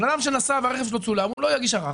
אדם שנסע והרכב שלו צולם לא יגיש ערר.